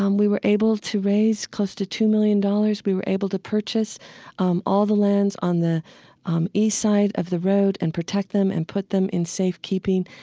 um we were able to raise close to two million dollars. we were able to purchase um all the lands on the um east side of the road and protect them and put them in safekeeping.